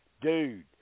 dude